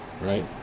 right